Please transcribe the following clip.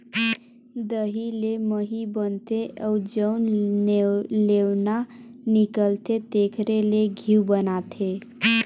दही ले मही बनथे अउ जउन लेवना निकलथे तेखरे ले घींव बनाथे